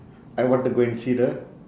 I want to go and see the